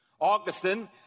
Augustine